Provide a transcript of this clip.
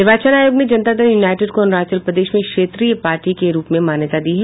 निर्वाचन आयोग ने जनता दल यूनाईटेड को अरूणाचल प्रदेश में क्षेत्रियी पार्टी के रूप में मान्यता दी है